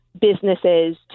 businesses